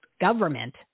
government